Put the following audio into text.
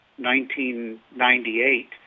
1998